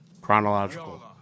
chronological